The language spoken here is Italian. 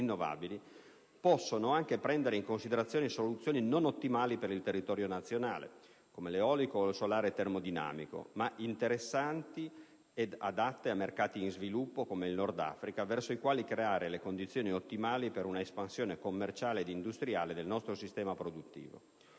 possono anche prendere in considerazione soluzioni non ottimali per il territorio nazionale, come l'eolico o il solare termodinamico, ma interessanti ed adatte a mercati in sviluppo come il Nordafrica verso i quali creare le condizioni ottimali per un'espansione commerciale e industriale del nostro sistema produttivo.